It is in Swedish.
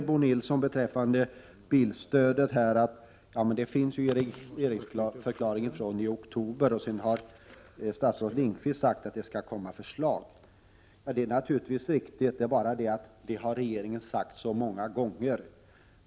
Bo Nilsson säger att bilstödet fanns med i regeringsförklaringen i oktober. Även statsrådet Lindqvist har sagt att det skall läggas fram förslag om detta. Det är naturligtvis riktigt, men det har regeringen sagt så många gånger.